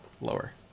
lower